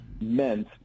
meant